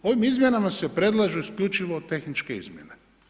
Ovim izmjenama se predlažu isključivo tehničke izmjene.